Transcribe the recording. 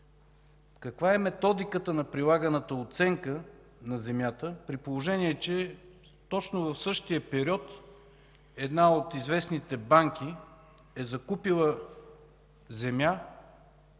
Каква е методиката на прилаганата оценка на земята, при положение че точно в същия период една от известните банки е закупила земя